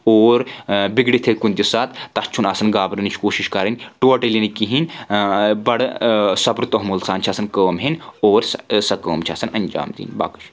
اور بِگڑِتھ ہیٚکہِ کُنہِ تہِ ساتہٕ تَتھ چھُنہٕ آسن گبرانٕچ کوٗشِش کرٕنۍ ٹوٹلی نہٕ کِہیٖنۍ بڑٕ صبر توٚحمُل سان چھےٚ آسان کٲم ہٮ۪نۍ اور سۄ کٲم چھےٚ آسان انجام دِنۍ باقٕے شُک